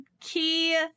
key